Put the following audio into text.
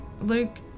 Luke